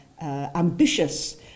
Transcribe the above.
ambitious